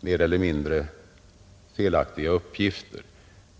mer eller mindre felaktiga uppgifter.